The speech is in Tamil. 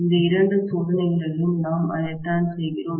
இந்த இரண்டு சோதனைகளிலும் நாம் அதைத்தான் செய்கிறோம்